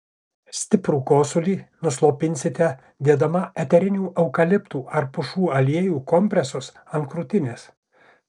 stiprų kosulį nuslopinsite dėdama eterinių eukaliptų ar pušų aliejų kompresus ant krūtinės